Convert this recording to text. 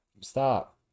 Stop